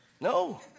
No